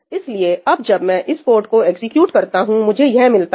इसलिए अब जब मैं इस कोड को एग्जीक्यूट करता हूं मुझे यह मिलता है